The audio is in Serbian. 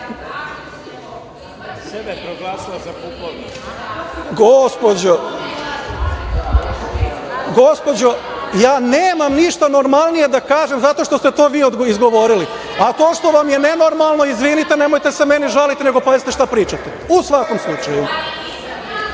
Radovanović dobacuje.)Gospođo, ja nemam ništa normalnije da kažem, zato što ste to vi izgovorili, a to što vam je nenormalno, izvinite, nemojte se meni žaliti, nego pazite šta pričate.U svakom slučaju,